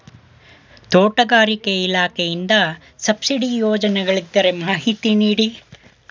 ತೋಟಗಾರಿಕೆ ಇಲಾಖೆಯಿಂದ ಸಬ್ಸಿಡಿ ಯೋಜನೆಗಳಿದ್ದರೆ ಮಾಹಿತಿ ನೀಡಿ?